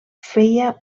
feia